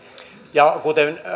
ja kuten